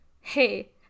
hey